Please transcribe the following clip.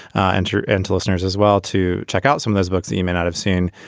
and you're into listeners as well to check out some of those books that you may not have seen.